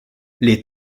les